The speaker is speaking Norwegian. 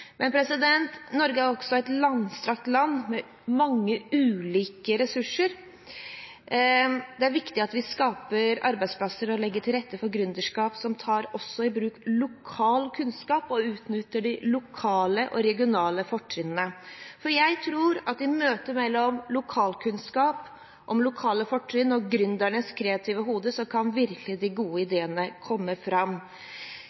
Men Norge er også et langstrakt land, med mange ulike ressurser. Det er viktig at vi skaper arbeidsplasser og legger til rette for gründerskap som også tar i bruk lokal kunnskap og utnytter de lokale og regionale fortrinnene, for jeg tror at i møte mellom lokalkunnskap om lokale fortrinn og gründernes kreative hode, kan de gode